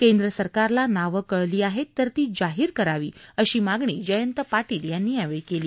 केंद्र सरकारला नावं कळली आहेत तर ती जाहीर करावीत अशी मागणी जयंत पाटील यांनी केली